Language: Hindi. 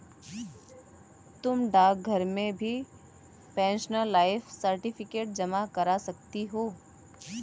तुम डाकघर में भी पेंशनर लाइफ सर्टिफिकेट जमा करा सकती हो